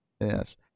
Yes